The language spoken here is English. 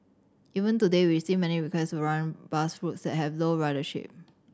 even today we receive many requests run bus routes that have low ridership